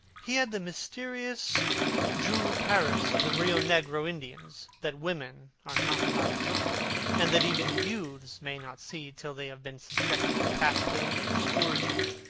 he had the mysterious juruparis of the rio negro indians, that women are not allowed to look at and that even youths may not see till they have been subjected to fasting and scourging,